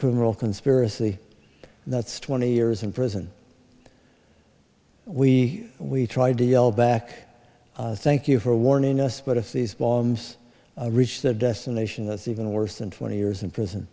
criminal conspiracy that's twenty years in prison we we tried to yell back thank you for warning us but if these bombs reach the destination that's even worse than twenty years in prison